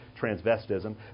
transvestism